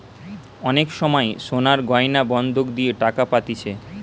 অনেক সময় সোনার গয়না বন্ধক দিয়ে টাকা পাতিছে